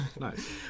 Nice